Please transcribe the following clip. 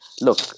Look